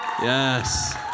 Yes